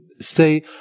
Say